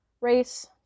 race